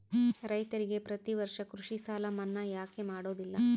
ರೈತರಿಗೆ ಪ್ರತಿ ವರ್ಷ ಕೃಷಿ ಸಾಲ ಮನ್ನಾ ಯಾಕೆ ಮಾಡೋದಿಲ್ಲ?